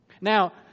Now